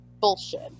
Bullshit